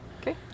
Okay